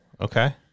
Okay